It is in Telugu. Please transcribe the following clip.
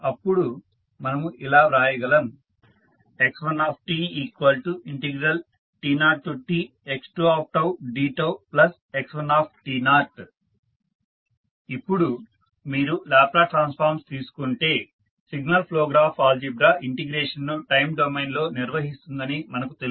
అప్పుడు మనము ఇలా వ్రాయగలం x1tt0tx2dτ x1 ఇప్పుడు మీరు లాప్లేస్ ట్రాన్స్ఫార్మ్ తీసుకుంటే signal flow graph algebra integration ను టైమ్ డొమైన్లో నిర్వహిస్తుందని మనకు తెలుసు